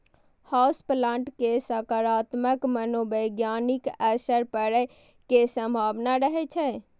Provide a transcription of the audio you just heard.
house plant के सकारात्मक मनोवैज्ञानिक असर पड़ै के संभावना रहै छै